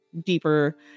deeper